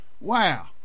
Wow